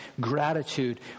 gratitude